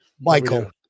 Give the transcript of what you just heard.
Michael